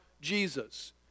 Jesus